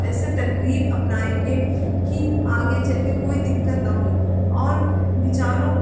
ऐसे तरकीब अपनाएँगे कि आगे चलकर कोई दिक्कत न हो और विचारों